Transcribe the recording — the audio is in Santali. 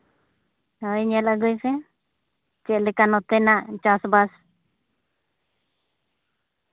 ᱦᱳᱭ ᱧᱮᱞ ᱟᱹᱜᱩᱭ ᱯᱮ ᱪᱮᱫ ᱞᱮᱠᱟ ᱱᱚᱛᱮ ᱱᱟᱜ ᱪᱟᱥᱼᱵᱟᱥ